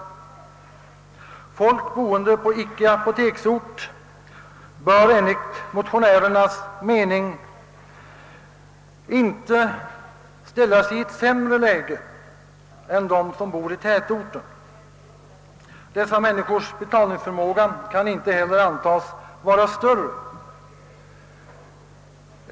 De människor som bor på orter som saknar apotek bör enligt motionärernas mening inte ställas i ett sämre läge än de som bor i tätort. De förras betalningsförmåga kan inte heller antagas vara större.